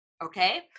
okay